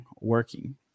working